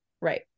Right